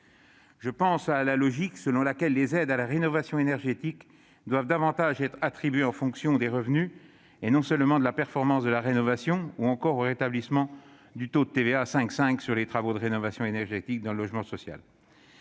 Je pense à la logique selon laquelle les aides à la rénovation énergétique doivent être davantage attribuées en fonction des revenus et non uniquement de la performance de la rénovation et au rétablissement du taux de TVA à 5,5 % sur les travaux de rénovation énergétique dans le logement social.